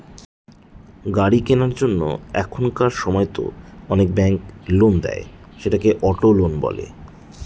গাড়ি কেনার জন্য এখনকার সময়তো অনেক ব্যাঙ্ক লোন দেয়, সেটাকে অটো লোন বলে